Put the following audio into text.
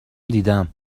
دیدم